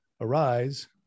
arise